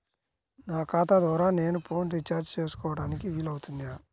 నా ఖాతా ద్వారా నేను ఫోన్ రీఛార్జ్ చేసుకోవడానికి వీలు అవుతుందా?